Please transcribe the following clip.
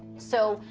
so,